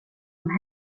som